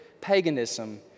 Paganism